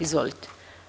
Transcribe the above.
Izvolite.